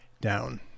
down